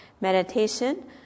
meditation